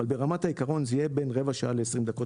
אבל ברמת העיקרון זה יהיה בין רבע שעה ל-20 דקות.